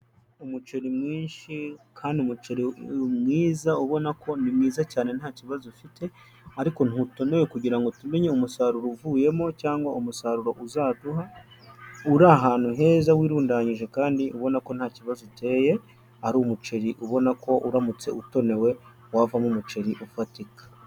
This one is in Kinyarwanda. Umuceri mwinshi kandi umuceri mwiza ubona ko ni mwiza cyane nta kibazo ufite ariko ntutonoye kugira ngo tumenye umusaruro uvuyemo cyangwa umusaruro uzaduha uri ahantu heza wirundanyije kandi ubona ko nta kibazo uteye, ari umuceri ubona ko uramutse utonewe wavamo umuceri ufatika.